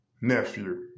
nephew